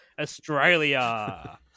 Australia